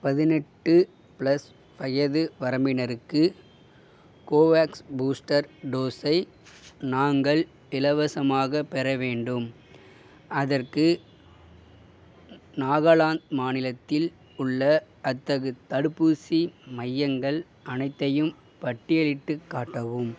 பதினெட்டு ப்ளஸ் வயது வரம்பினருக்கு கோவேக்ஸ் பூஸ்டர் டோஸை நாங்கள் இலவசமாகப் பெற வேண்டும் அதற்கு நாகாலாந்து மாநிலத்தில் உள்ள அத்தகு தடுப்பூசி மையங்கள் அனைத்தையும் பட்டியலிட்டுக் காட்டவும்